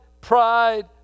pride